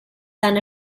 son